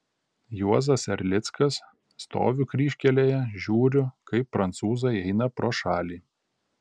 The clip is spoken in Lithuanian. juozas erlickas stoviu kryžkelėje žiūriu kaip prancūzai eina pro šalį